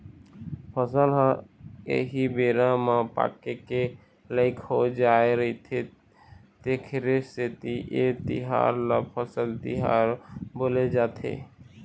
फसल ह एही बेरा म पाके के लइक हो जाय रहिथे तेखरे सेती ए तिहार ल फसल तिहार बोले जाथे